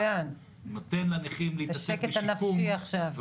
נותן לנכים להתעסק בשיקום,